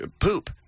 poop